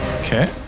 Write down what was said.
Okay